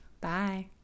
Bye